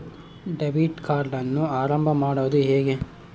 Debit ಕಾರ್ಡನ್ನು ಆರಂಭ ಮಾಡೋದು ಹೇಗೆ?